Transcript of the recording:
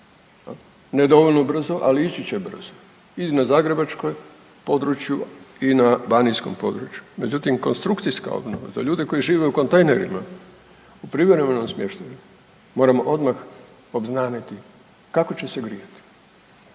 ne dovoljno brzo, ali ići će brzo i na zagrebačkom području i na banijskom području. Međutim, konstrukcijska obnova za ljude koji žive u kontejnerima u privremenom smještaju moramo odmah obznaniti kako će se grijati,